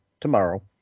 tomorrow